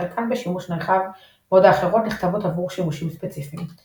חלקן בשימוש נרחב בעוד האחרות נכתבות עבור שימושים ספציפיים.